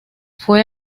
fue